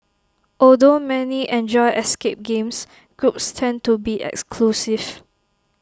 although many enjoy escape games groups tend to be exclusive